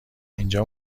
اینجا